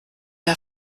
der